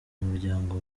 umuryango